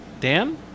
Dan